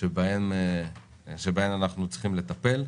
שבהן אנחנו צריכים לטפל.